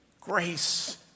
grace